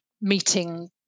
meeting